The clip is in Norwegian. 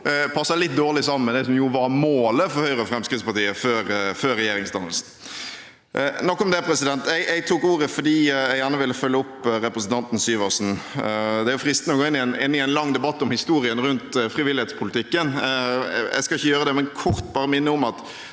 nå passer litt dårlig sammen med det som var målet for Høyre og Fremskrittspartiet før regjeringsdannelsen. Nok om det. Jeg tok ordet fordi jeg gjerne ville følge opp representanten Syversen. Det er fristende å gå inn i en lang debatt om historien rundt frivillighetspolitikken. Jeg skal ikke gjøre det, men kort bare minne om at